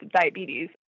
diabetes